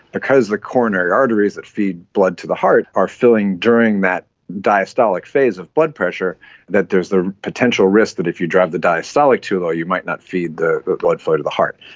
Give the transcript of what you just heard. because the coronary arteries that feed blood to the heart are filling during that diastolic phase of blood pressure that there is a potential risk that if you drive the diastolic too low you might not feed the blood flow to the heart.